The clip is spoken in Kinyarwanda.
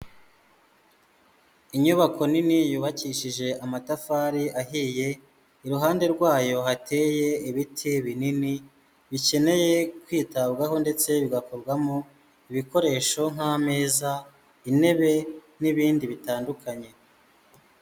Inyubako nini yubakishije amatafari ahiye, iruhande rwayo hateye ibiti binini bikeneye kwitabwaho ndetse bigakorwamo ibikoresho nk'ameza, intebe n'ibindi bitandukanye.